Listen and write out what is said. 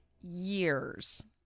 years